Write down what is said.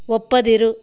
ಒಪ್ಪದಿರು